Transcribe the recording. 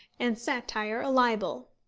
and satire a libel.